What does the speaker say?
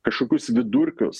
kažkokius vidurkius